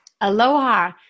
Aloha